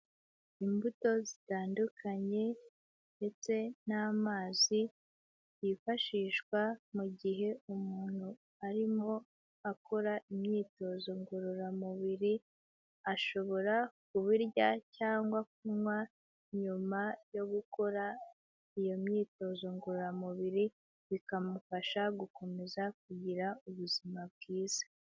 Imbuto zitandukanye ndetse n'amazi yifashishwa mu gihe umuntu arimo akora imyitozo ngororamubiri, ashobora kubirya cyangwa kunywa nyuma yo gukora iyo myitozo ngororamubiri, bikamufasha gukomeza kugira ubuzima bwiza.